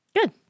Good